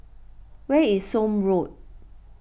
where is Somme Road